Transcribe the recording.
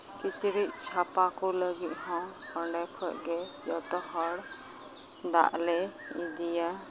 ᱠᱤᱪᱨᱤᱡ ᱥᱟᱯᱟ ᱠᱚ ᱞᱟᱹᱜᱤᱫ ᱦᱚᱸ ᱚᱸᱰᱮ ᱠᱷᱚᱡ ᱜᱮ ᱡᱚᱛᱚ ᱦᱚᱲ ᱫᱟᱜ ᱞᱮ ᱤᱫᱤᱭᱟ